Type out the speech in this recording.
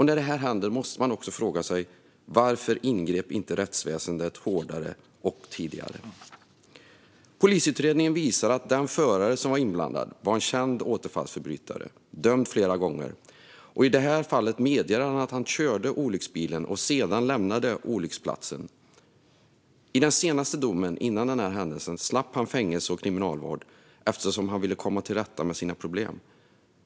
När det händer måste man också fråga sig: Varför ingrep inte rättsväsendet hårdare och tidigare? Polisutredningen visar att den förare som var inblandad var en känd återfallsförbrytare, dömd flera gånger. I det här fallet medger han att han körde olycksbilen och sedan lämnade olycksplatsen. I den senaste domen före den här händelsen slapp han fängelse och kriminalvård eftersom han ville komma till rätta med sina problem.